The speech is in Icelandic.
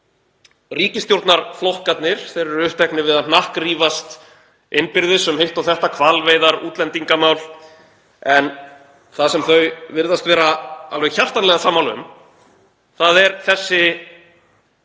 mánuðar. Ríkisstjórnarflokkarnir eru uppteknir við að hnakkrífast innbyrðis um hitt og þetta, hvalveiðar, útlendingamál, en það sem þau virðast vera alveg hjartanlega sammála um er þessi